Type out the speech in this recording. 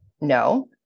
no